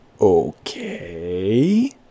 Okay